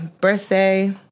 birthday